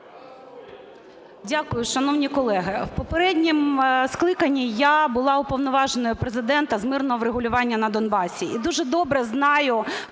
Дякую. Шановні колеги, у попередньому скликанні я була Уповноваженою Президента з мирного врегулювання на Донбасі